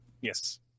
Yes